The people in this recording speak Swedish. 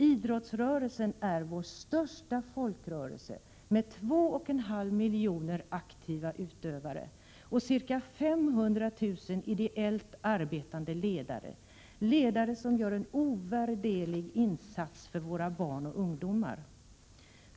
Idrottsrörelsen är vår största folkrörelse med två och en halv miljon aktiva utövare och cirka 500 000 ideellt arbetande ledare, som gör en ovärderlig insats för barn och ungdomar.